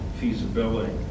feasibility